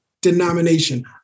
denomination